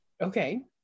okay